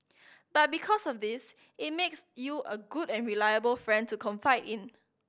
but because of this it makes you a good and reliable friend to confide in